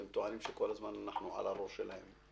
הם טוענים שכל הזמן אנחנו על הראש שלהם.